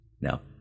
Now